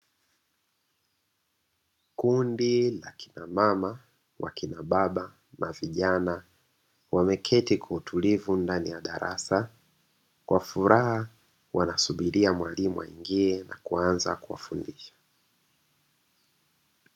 Kundi la kinamama, wakina baba na vijana. Wameketi kwa utulivu ndani ya darasa, kwa furaha wanasubiria mwalimu aingie na kuanza kuwafundisha.